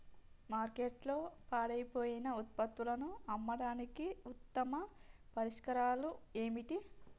మార్కెట్లో పాడైపోయిన ఉత్పత్తులను అమ్మడానికి ఉత్తమ పరిష్కారాలు ఏమిటి?